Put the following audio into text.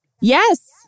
Yes